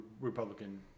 Republican